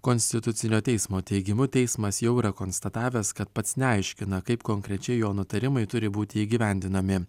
konstitucinio teismo teigimu teismas jau yra konstatavęs kad pats neaiškina kaip konkrečiai jo nutarimai turi būti įgyvendinami